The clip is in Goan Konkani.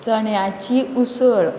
चण्याची उसळ